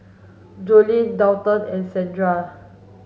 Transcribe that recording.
Joleen Daulton and Sandra